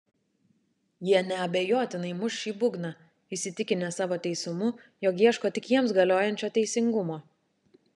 jie neabejotinai muš šį būgną įsitikinę savo teisumu jog ieško tik jiems galiojančio teisingumo